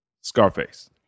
Scarface